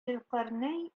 зөлкарнәй